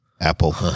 Apple